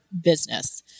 business